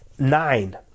Nine